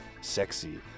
sexy